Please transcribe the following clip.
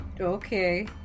Okay